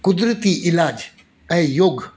क़ुदरती इलाज ऐं योग